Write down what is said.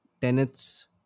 tenets